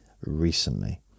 recently